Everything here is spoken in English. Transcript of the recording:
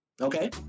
Okay